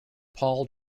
paul